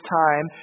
time